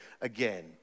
again